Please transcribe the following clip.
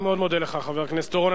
אני מאוד מודה לך, חבר הכנסת אורון.